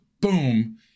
boom